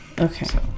Okay